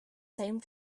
same